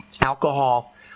alcohol